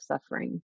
suffering